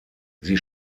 sie